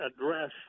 address